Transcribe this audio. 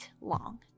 long